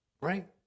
right